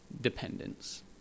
dependence